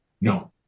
No